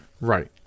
Right